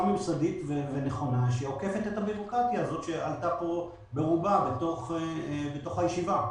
ממסדית ונכונה שעוקפת את הבירוקרטיה הזאת שעלתה פה ברובה בתוך הישיבה.